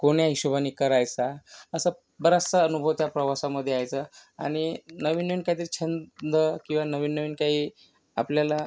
कोण्या हिशोबानी करायचा असा बराचसा अनुभव त्या प्रवासामध्ये यायचा आणि नवीन नवीन काहीतरी छंद किंवा नवीन नवीन काही आपल्याला